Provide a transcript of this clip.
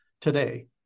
today